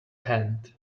hand